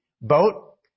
boat